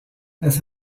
las